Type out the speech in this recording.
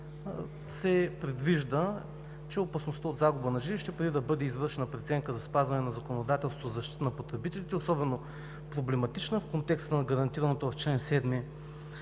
се предвижда, че опасността от загуба на жилище преди да бъде извършена преценка за спазване на законодателството за защита на потребителите е особено проблематична в контекста на гарантираното в чл. 7